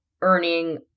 earning